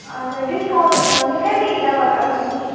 اَچھا ڈِسکاونٛٹس منٛز میلے مےٚ یہِ دَوا تۅہہِ نِش